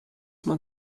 man